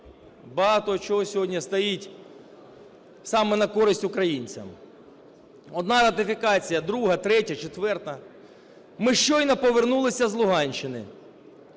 Багато чого сьогодні стоїть саме на користь українцям. Одна ратифікація, друга, третя, четверта. Ми щойно повернулися з Луганщини.